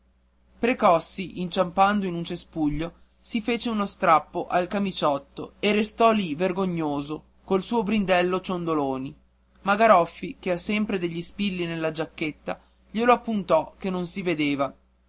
precossi inciampando in un cespuglio si fece uno strappo al camiciotto e restò lì vergognoso col suo brindello ciondoloni ma garoffi che ha sempre degli spilli nella giacchetta glielo appuntò che non si vedeva